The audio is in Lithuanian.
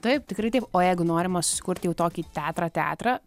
taip tikrai taip o jeigu norima susikurti jau tokį teatrą teatrą